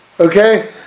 Okay